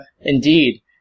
Indeed